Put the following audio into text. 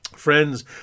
Friends